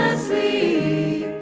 c.